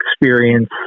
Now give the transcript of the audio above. experience